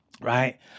right